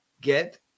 Get